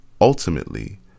Ultimately